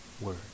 word